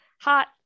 Hot